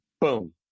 boom